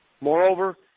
Moreover